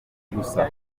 gusa